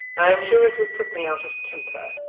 i am sure it would put me out of temper,